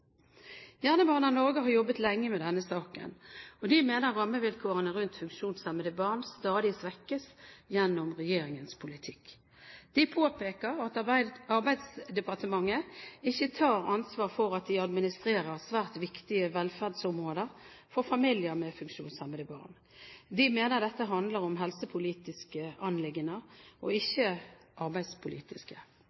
Norge har jobbet lenge med denne saken, og de mener rammevilkårene rundt funksjonshemmede barn stadig svekkes gjennom regjeringens politikk. De påpeker at Arbeidsdepartementet ikke tar ansvar for at de administrerer svært viktige velferdsområder for familier med funksjonshemmede barn. De mener dette handler om helsepolitiske anliggender og